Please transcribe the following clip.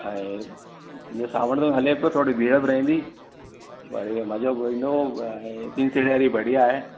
ऐं जीअं सावण में हले थो थोरी भीड़ बि रहंदी वरी मजो बि ईंदो ऐं सुनहरी बढ़िया आहे